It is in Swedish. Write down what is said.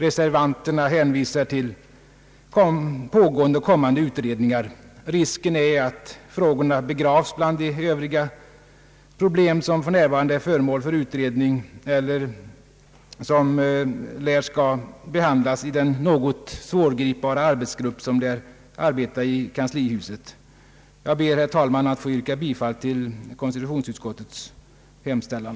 Reservanterna hänvisar till pågående och kommande utredningar. Risken är att frågorna begravs bland de övriga problem som för närvarande är föremål för utredning eller som lär behandlas i den något svårgripbara arbetsgrupp som är verksam i kanslihuset. Jag ber, herr talman, att få yrka bifall till konstitutionsutskottets hemställan.